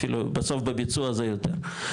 בסוף בביצוע זה יותר,